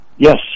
Yes